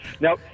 Now